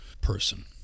person